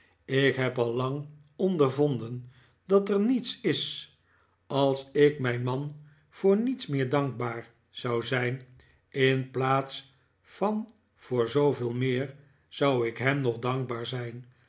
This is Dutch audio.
ik heb al lang ondervonden dat er niets is als ik mijn man voor niets meer dankbaar zou zijn in plaats van voor zooveel meer zou ik hem nog dankbaar zijri